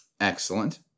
Excellent